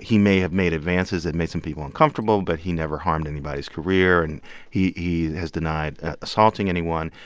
he may have made advances that made some people uncomfortable, but he never harmed anybody's career, and he he has denied assaulting anyone.